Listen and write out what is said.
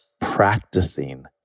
practicing